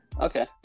Okay